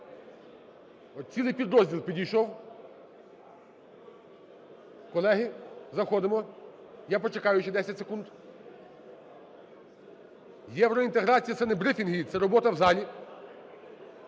цілий підрозділ підійшов. Колеги, заходимо, я почекаю ще 10 секунд. Євроінтеграція – це не брифінг, це робота в залі.